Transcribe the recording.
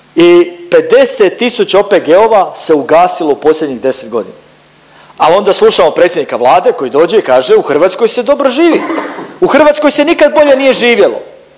I 50 tisuća OPG-ova se ugasilo u posljednjih 10 godina, a onda slušamo predsjednika Vlade koji dođe i kaže u Hrvatskoj se dobro živi, u Hrvatskoj se nikad bolje nije živjelo.